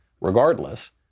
regardless